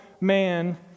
man